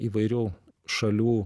įvairių šalių